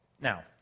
Now